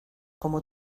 como